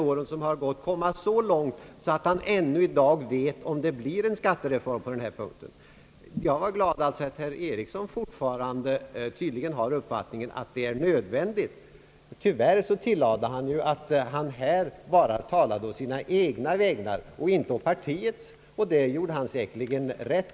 vissa skattepolitiska åtgärder, m.m. som gått komma så långt att han i dag vet om det blir en skattereform. Jag blev glad över att herr Ericsson tydligen fortfarande har den uppfattningen att det är nödvändigt. Tyvärr tillade han att han här bara talade å sina egna vägnar och inte å partiets, och det var säkerligen rätt.